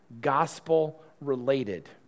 gospel-related